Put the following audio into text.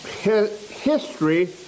history